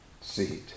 seat